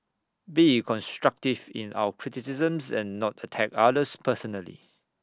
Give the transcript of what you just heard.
be constructive in our criticisms and not attack others personally